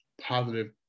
positive